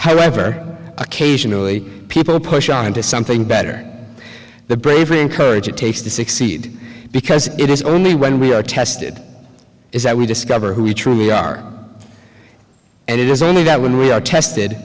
however occasionally people push on to something better the bravery and courage it takes to succeed because it is only when we are tested is that we discover who we truly are and it is only that when we are tested